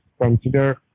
consider